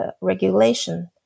regulation